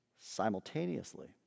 simultaneously